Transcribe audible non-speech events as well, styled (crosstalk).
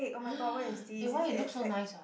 (noise) eh why you look so nice ah